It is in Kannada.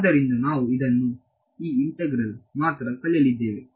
ಆದ್ದರಿಂದ ನಾನು ಇದನ್ನು ಈ ಇಂತೆಗ್ರಲ್ ಮಾತ್ರ ಕರೆಯಲಿದ್ದೇನೆ